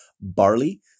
barley